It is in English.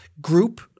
group